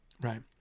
right